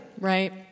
Right